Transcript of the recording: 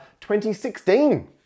2016